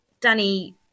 Danny